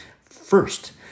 first